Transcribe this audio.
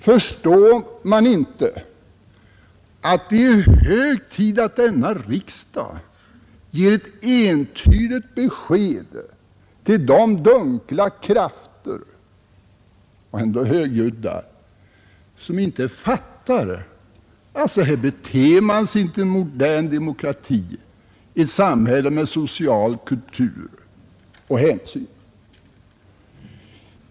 Förstår man inte att det är hög tid att denna riksdag ger ett entydigt besked till de dunkla krafter — och ändå högljudda — som inte fattar att så här beter man sig inte i en modern demokrati, i ett samhälle med social kultur och hänsyn?